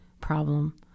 problem